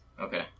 Okay